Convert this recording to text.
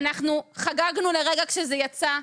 אנחנו חגגנו לרגע כשזה יצא,